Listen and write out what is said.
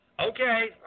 Okay